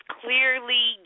clearly